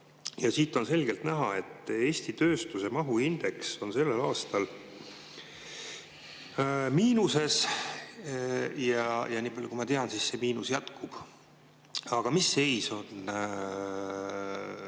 ja siit on selgelt näha, et Eesti tööstuse mahuindeks on sellel aastal miinuses, ja nii palju, kui ma tean, siis see miinus jätkub. Aga mis seis on